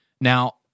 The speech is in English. Now